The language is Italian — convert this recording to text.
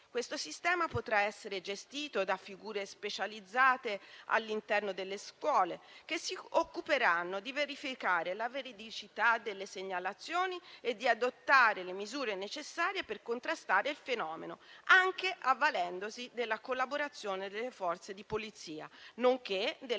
Questo sistema potrà essere gestito da figure specializzate all'interno delle scuole, che si occuperanno di verificare la veridicità delle segnalazioni e di adottare le misure necessarie per contrastare il fenomeno, anche avvalendosi della collaborazione delle Forze di polizia, nonché delle